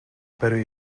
برای